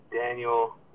Daniel